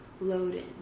loaded